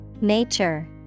Nature